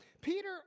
Peter